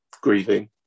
grieving